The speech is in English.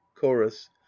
chorus